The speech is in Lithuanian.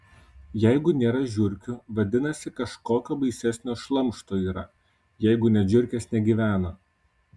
jeigu nėra žiurkių vadinasi kažkokio baisesnio šlamšto yra jeigu net žiurkės negyvena